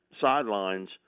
sidelines